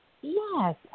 Yes